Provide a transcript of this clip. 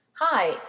Hi